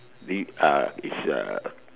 is uh